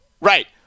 Right